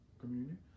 communion